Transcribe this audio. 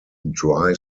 dry